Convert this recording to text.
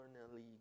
eternally